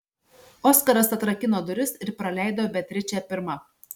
oskaras atrakino duris ir praleido beatričę pirmą